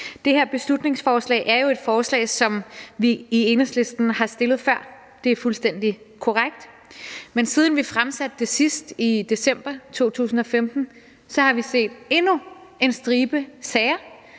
Det her beslutningsforslag er jo et forslag, som vi i Enhedslisten har fremsat før – det er fuldstændig korrekt. Men siden vi fremsatte det sidst, i december 2015, har vi set endnu en stribe af sager